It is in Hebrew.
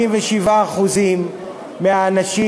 57% מהאנשים